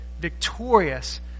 victorious